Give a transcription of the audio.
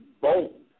bold